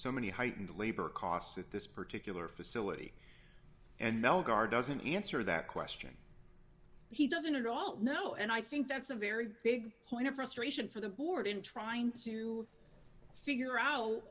so many height and labor costs at this particular facility and bellegarde doesn't answer that question he doesn't at all know and i think that's a very big point of frustration for the board in trying to figure out